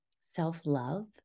self-love